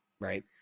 right